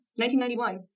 1991